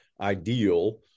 ideal